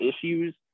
issues